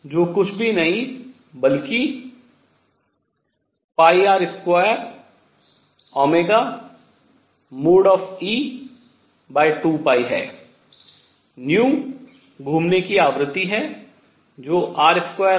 जो कुछ भी नहीं बल्कि R2e2π है घूमने की आवृत्ति है जो R2e2 है